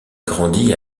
grandit